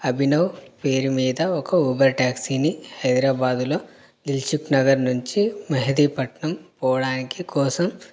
అభినవ్ పేరు మీద ఒక ఊబర్ ట్యాక్సీని హైదరాబాదులో దిల్షుక్ నగర్ నుంచి మెహదీపట్నం పోవడానికి కోసం